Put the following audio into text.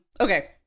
okay